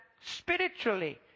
spiritually